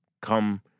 come